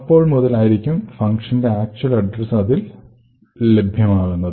അപ്പോൾ മുതൽ ആയിരിക്കും ഫങ്ഷനിന്റെ ആക്ച്വൽ അഡ്രസ് അതിൽ ലഭ്യമാകുന്നത്